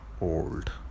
old